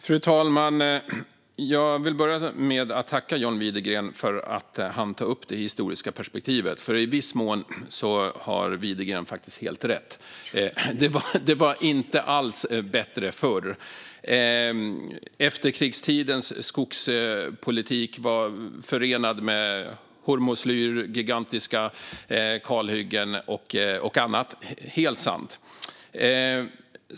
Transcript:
Fru talman! Jag vill börja med att tacka John Widegren för att han tar upp det historiska perspektivet. I viss mån har Widegren faktiskt helt rätt - det var inte alls bättre förr. Efterkrigstidens skogspolitik var förenad med hormoslyr, gigantiska kalhyggen och annat. Det är helt sant.